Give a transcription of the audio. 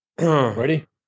Ready